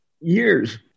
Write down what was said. years